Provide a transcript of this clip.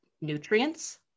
nutrients